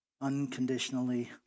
Unconditionally